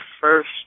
first